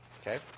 okay